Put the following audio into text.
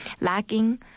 lacking